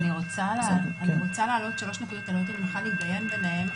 אני רוצה להעלות שלוש נקודות --- במיוחד להתדיין בענייניהם,